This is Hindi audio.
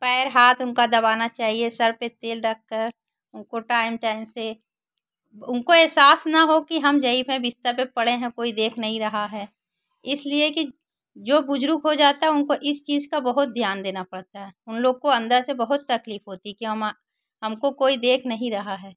पैर हाथ उनका दबाना चाहिए सर पर तेल रखकर उनको टाइम टाइम से उनको एहसास ना हो कि हम ज़ईफ़ हैं बिस्तर पर पड़े हैं कोई देख नहीं रहा है इसलिए कि जो बुजरुग हो जाता है उनको इस चीज़ का बहुत ध्यान देना पड़ता है उन लोग को अंदर से बहुत तकलीफ़ होती है कि हमको कोई देख नहीं रहा है